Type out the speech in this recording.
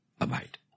abide